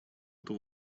эту